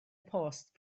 post